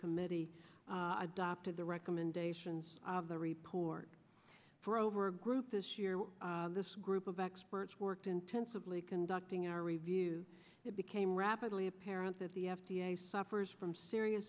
committee adopted the recommendations of the report for over a group this year this group of experts worked intensively conducting our review it became rapidly apparent that the f d a suffers from seri